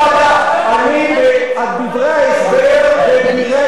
בדברי ההסבר להצעה,